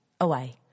away